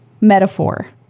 metaphor